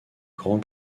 grand